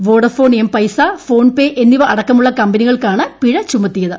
Vodafone M Pesa PhonePe എന്നിവ അട്ടക്ക്മുള്ള കമ്പനികൾക്കാണ് പിഴ ചുമത്തിയത്